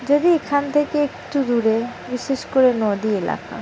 যদি এখান থেকে একটু দূরে বিশেষ করে নদী এলাকা